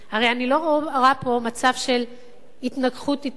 הרי אני לא רואה פה מצב של התנגחות אתם.